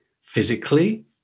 physically